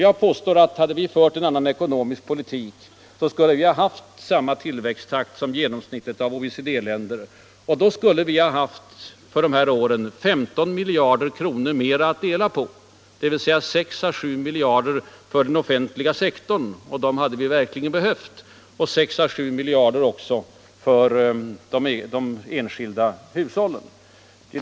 Jag påstår att om vårt land hade fört en annan ekonomisk politik, så hade vi haft samma tillväxttakt som genomsnittet av OECD-länder och då skulle vi i år ha haft 15 miljarder kr. mera att dela på, dvs. 6 å 7 miljarder för den offentliga sektorn — och det hade verkligen behövts - och 6 å 7 miljarder för de enskilda hushållen.